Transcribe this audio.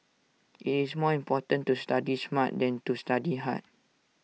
IT is more important to study smart than to study hard